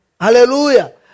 Hallelujah